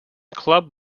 club